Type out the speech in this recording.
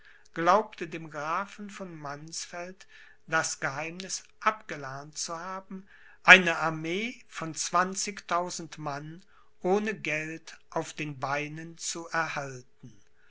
glaubte dem grafen von mannsfeld das geheimniß abgelernt zu haben eine armee von zwanzigtausend mann ohne geld auf den beinen zu erhalten